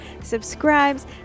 subscribes